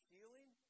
Healing